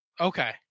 Okay